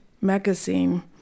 Magazine